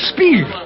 Speed